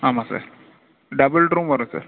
ஆமாம் sir double room வரும் sir